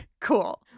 Cool